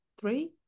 Three